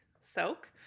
soak